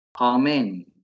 Amen